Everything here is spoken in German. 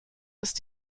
ist